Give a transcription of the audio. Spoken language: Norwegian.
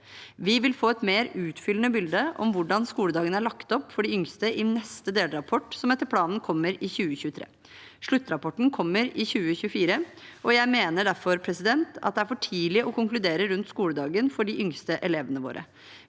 Vi vil få et mer utfyllende bilde av hvordan skoledagen er lagt opp for de yngste, i neste delrapport, som etter planen kommer i 2023. Sluttrapporten kommer i 2024. Jeg mener derfor det er for tidlig å konkludere rundt skoledagen for de yngste elevene våre,